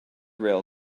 rail